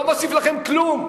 לא מוסיף לכם כלום.